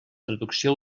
traducció